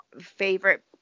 favorite